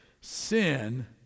Sin